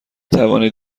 توانید